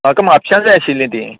म्हाका म्हापश्यां जाय आशिल्लीं ती